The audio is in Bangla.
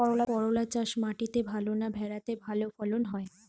করলা চাষ মাটিতে ভালো না ভেরাতে ভালো ফলন হয়?